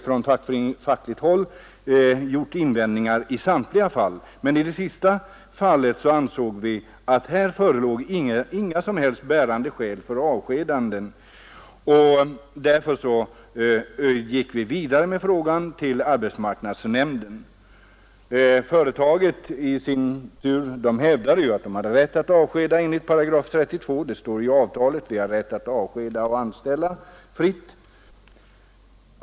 Från fackligt håll gjordes invändningar i samtliga fall, och i det sistnämnda fallet ansåg den lokala fackföreningen att inga som helst bärande skäl för avskedanden förelåg. Därför fördes frågan vidare till arbetsmarknadsnämnden. Företaget har i sin tur hävdat att de hade rätt att avskeda enligt § 32. Det står i avtalstexten att arbetsgivaren har rätt att anställa och avskeda.